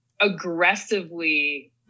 aggressively